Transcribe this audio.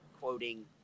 quoting